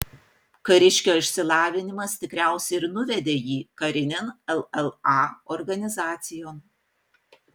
kariškio išsilavinimas tikriausiai ir nuvedė jį karinėn lla organizacijon